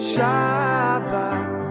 Shabbat